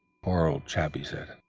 poor old chap, he said.